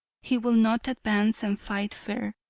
he will not advance and fight fair,